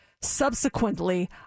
Subsequently